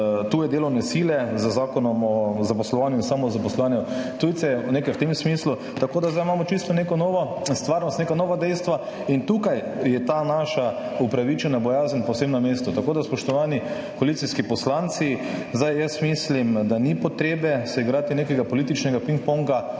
tuje delovne sile z Zakonom o zaposlovanju in samozaposlovanju tujcev, nekaj v tem smislu, tako da zdaj imamo čisto neko novo stvarnost, neka nova dejstva in tukaj je ta naša upravičena bojazen povsem na mestu. Tako da, spoštovani koalicijski poslanci, mislim, da se ni potrebe igrati nekega političnega pingponga,